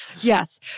yes